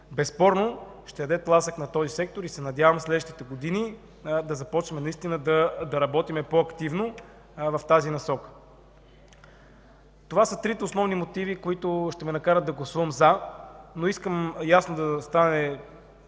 безспорно ще даде тласък на този сектор и се надявам в следващите години да започнем наистина да работим по-активно в тази насока. Това са трите основни мотива, които ще ме накарат да гласувам „за”. Но искам на всички